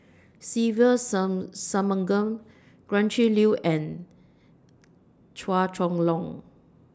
Se Ve Some Shanmugam Gretchen Liu and Chua Chong Long